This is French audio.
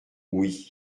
oui